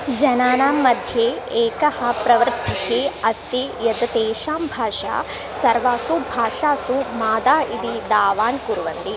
जनानां मध्ये एकः प्रवृत्तिः अस्ति यद् तेषां भाषा सर्वासु भाषासु मादा इदि दावान् कुर्वन्ति